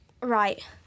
Right